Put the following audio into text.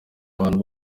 n’abantu